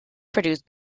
produced